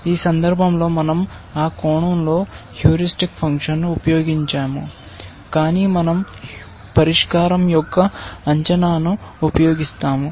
ఈ సందర్భంలో మన০ ఆ కోణంలో హ్యూరిస్టిక్ ఫంక్షన్ను ఉపయోగించము కాని మన০ పరిష్కారం యొక్క అంచనాను ఉపయోగిస్తాము